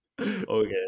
Okay